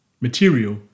material